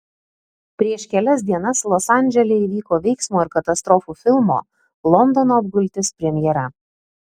prieš kelias dienas los andžele įvyko veiksmo ir katastrofų filmo londono apgultis premjera